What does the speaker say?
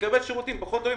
יקבל שירותים פחות טובים,